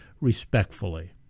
respectfully